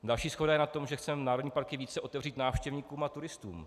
Další shoda je na tom, že chceme národní parky více otevřít návštěvníkům a turistům.